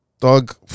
Dog